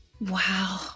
Wow